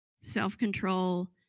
self-control